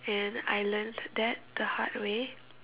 and I learnt that the hard way